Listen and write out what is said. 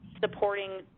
supporting